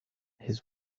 his